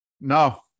No